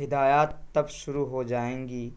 ہدایات تب شروع ہو جائیں گی